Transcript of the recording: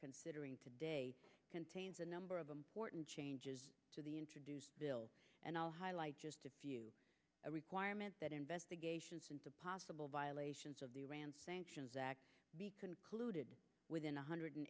considering today contains a number of important changes to the introduced bill and i'll highlight just a few a requirement that investigations into possible violations of the iran sanctions act be concluded within one hundred